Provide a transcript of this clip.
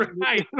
right